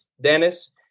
Dennis